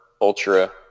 ultra